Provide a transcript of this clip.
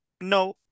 no